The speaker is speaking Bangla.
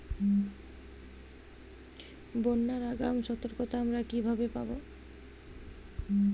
বন্যার আগাম সতর্কতা আমরা কিভাবে পাবো?